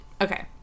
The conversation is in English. Okay